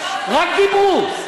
רק דיברו.